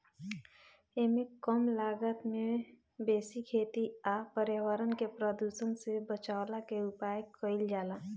एमे कम लागत में बेसी खेती आ पर्यावरण के प्रदुषण से बचवला के उपाय कइल जाला